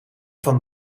van